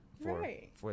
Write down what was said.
Right